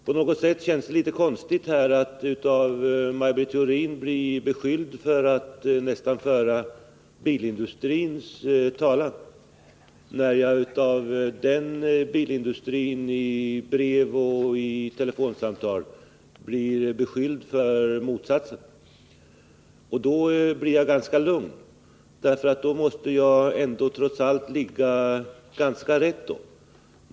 På något sätt känns det litet konstigt att av Maj Britt Theorin bli beskylld för att nästan föra bilindustrins talan, när jag av den bilindustrin i brev och vid telefonsamtal blir beskylld för motsatsen. Då blir jag ganska lugn, därför att då måste jag ändå trots allt ligga ganska rätt.